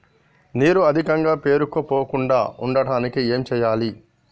నీరు అధికంగా పేరుకుపోకుండా ఉండటానికి ఏం చేయాలి?